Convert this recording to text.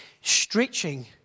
stretching